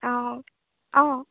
অঁ অঁ